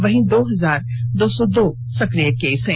वहीं दो हजार दो सौ दो सक्रिय केस हैं